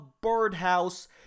birdhouse